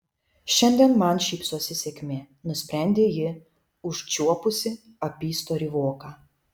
šiandien man šypsosi sėkmė nusprendė ji užčiuopusi apystorį voką